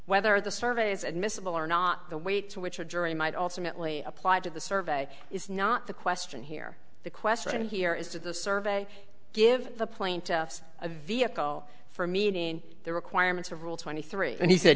whether the survey is admissible or not the way to which a jury might also mentally applied to the survey is not the question here the question here is to the survey give the plaintiffs a vehicle for meeting the requirements of rule twenty three and he said